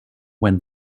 when